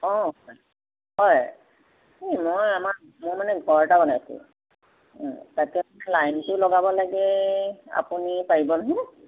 অঁ হয় এই মই আমাৰ মই মানে ঘৰ এটা বনাইছোঁ তাকে বোলো লাইনটো লগাব লাগে আপুনি পাৰিব নহয়